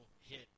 hit